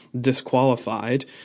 disqualified